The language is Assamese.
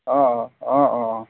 অঁ অঁ অঁ অঁ অঁ